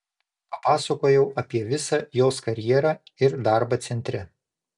papasakojau apie visą jos karjerą ir darbą centre